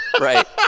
Right